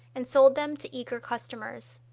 and sold them to eager customers.